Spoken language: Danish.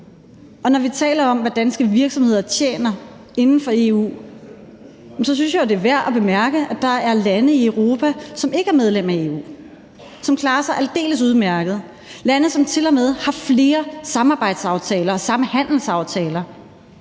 Og når vi taler om, hvad danske virksomheder tjener inden for EU, synes jeg, det er værd at bemærke, at der er lande i Europa, som ikke er medlem af EU, som klarer sig aldeles udmærket, lande, som til og med har flere samarbejdsaftaler og samhandelsaftaler